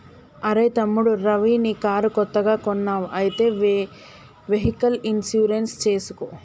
అరెయ్ తమ్ముడు రవి నీ కారు కొత్తగా కొన్నావ్ అయితే వెహికల్ ఇన్సూరెన్స్ చేసుకో